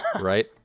Right